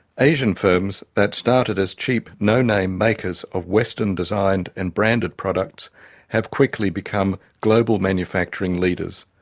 asian firms that started as cheap no-name makers of western-designed and branded products have quickly become global manufacturing leaders.